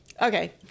Okay